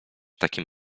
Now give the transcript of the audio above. takim